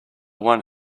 one